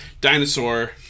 Dinosaur